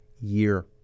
year